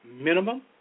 minimum